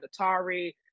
Atari